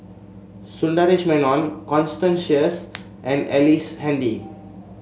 Sundaresh Menon Constance Sheares and Ellice Handy